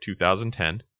2010